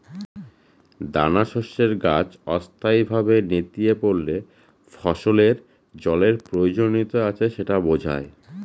দানাশস্যের গাছ অস্থায়ীভাবে নেতিয়ে পড়লে ফসলের জলের প্রয়োজনীয়তা আছে সেটা বোঝায়